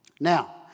Now